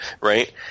right